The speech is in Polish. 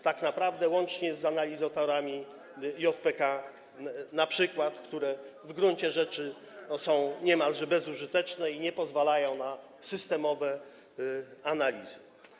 Tak naprawdę łącznie z analizatorami JPK na przykład, które w gruncie rzeczy są niemalże bezużyteczne i nie pozwalają na systemowe analizy.